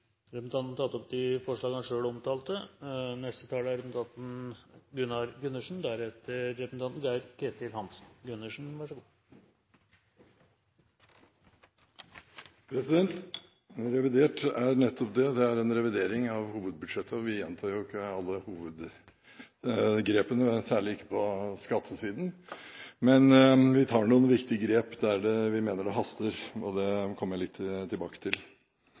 Representanten Tybring-Gjedde har tatt opp de forslagene han refererte til. Revidert nasjonalbudsjett er nettopp det – det er en revidering av hovedbudsjettet. Vi gjentar jo ikke alle hovedgrepene, særlig ikke på skattesiden, men vi tar noen viktige grep der vi mener det haster, og det kommer jeg litt tilbake til.